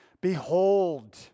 behold